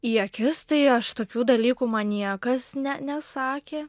į akis tai aš tokių dalykų man niekas ne nesakė